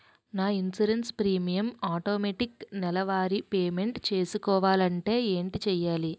నా insurance premium automatic నెలవారి payment చేసుకోవాలంటే ఏంటి చేయాలి?